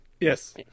Yes